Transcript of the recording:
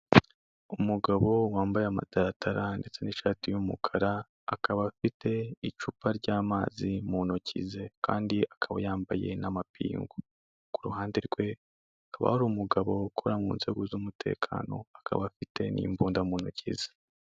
Umugabo wambaye amatatara ndetse n'ishati y'umukara, akaba afite icupa ry'amazi mu ntoki ze kandi akaba yambaye n'amapingu, ku ruhande rwe hakaba hari umugabo ukora mu nzego z'umutekano akaba afite n'imbunda mu ntoki ze.